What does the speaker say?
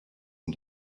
and